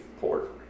port